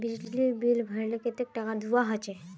बिजली बिल भरले कतेक टाका दूबा होचे?